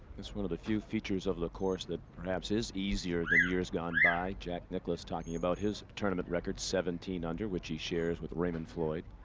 that's one of the few features of the course that perhaps is easier than years gone by jack nicklaus talking about his tournament record seventeen under which she shares with raymond floyd,